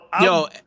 Yo